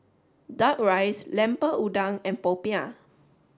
duck rice Lemper Udang and Popiah